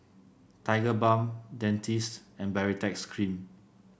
Tigerbalm Dentiste and Baritex Cream